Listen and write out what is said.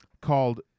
Called